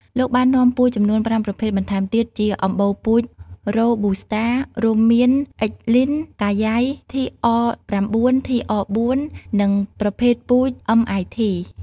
លោកបាននាំពូជចំនួន៥ប្រភេទបន្ថែមទៀតជាអម្បូពូជ រ៉ូប៊ូស្តា រួមមាន X.Lin កាយ៉ៃ TR9 TR4 និង ប្រភេទពូជMit ។